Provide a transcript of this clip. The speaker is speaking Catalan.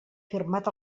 firmat